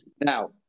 Now